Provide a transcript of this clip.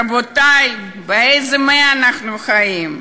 רבותי, באיזו מאה אנחנו חיים?